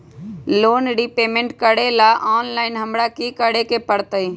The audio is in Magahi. लोन रिपेमेंट करेला ऑनलाइन हमरा की करे के परतई?